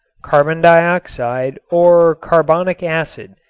carbon dioxide or carbonic acid,